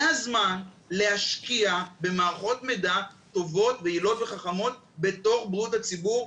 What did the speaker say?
זה הזמן להשקיע במערכות מידע טובות ויעילות וחכמות בתוך בריאות הציבור.